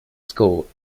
school